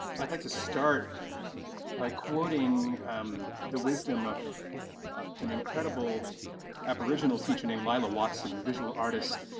i'd like to start by quoting um the wisdom of of an incredible aboriginal teacher named lilla watson the visual artist